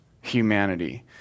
humanity